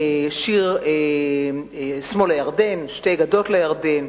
את השיר "שמאל הירדן" "שתי גדות לירדן",